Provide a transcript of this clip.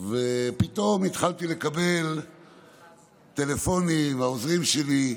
ופתאום התחלתי לקבל טלפונים, גם העוזרים שלי,